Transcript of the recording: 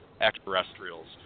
extraterrestrials